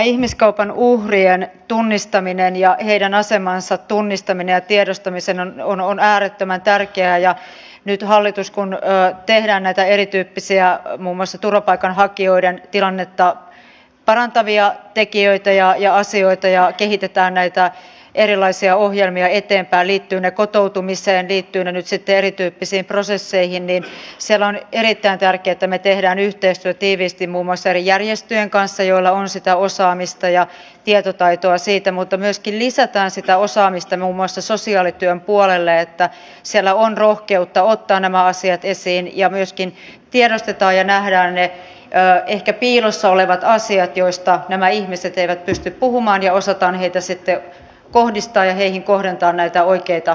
ihmiskaupan uhrien tunnistaminen ja heidän asemansa tunnistaminen ja tiedostaminen on äärettömän tärkeää ja nyt hallituksessa on erittäin tärkeätä kun tehdään näitä erityyppisiä muun muassa turvapaikanhakijoiden tilannetta parantavia tekijöitä ja asioita ja kehitetään näitä erilaisia ohjelmia eteenpäin liittyvätpä ne kotoutumiseen liittyvätpä ne erityyppisiin prosesseihin että me teemme yhteistyötä tiiviisti muun muassa eri järjestöjen kanssa joilla on sitä osaamista ja tietotaitoa siitä mutta myöskin lisätään sitä osaamista muun muassa sosiaalityön puolelle että siellä on rohkeutta ottaa nämä asiat esiin ja myöskin tiedostetaan ja nähdään ne ehkä piilossa olevat asiat joista nämä ihmiset eivät pysty puhumaan ja osataan heihin kohdentaa näitä oikeita palveluja